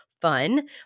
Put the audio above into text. fun